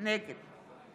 נגד